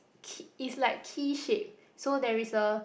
ke~ it's like key shape so there is a